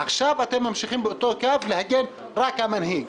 ועכשיו אתם ממשיכים באותו קו, רק להגן על המנהיג.